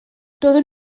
doeddwn